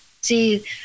see